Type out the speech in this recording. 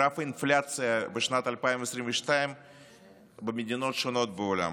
גרף האינפלציה בשנת 2022 במדינות שונות בעולם.